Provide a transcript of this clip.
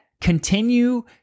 Continue